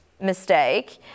Mistake